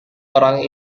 orang